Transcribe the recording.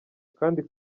kandi